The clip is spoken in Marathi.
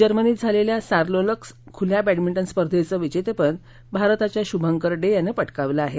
जर्मनीत झालेल्या सार्लोर्लक्स खुल्या बॅडमिंटन स्पर्धेचं विजेतेपद भारताच्या शुभंकर डे यानं पटकावलं आहे